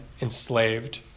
enslaved